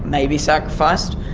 may be sacrificed,